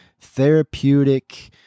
therapeutic